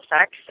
sex